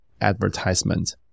advertisement